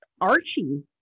Archie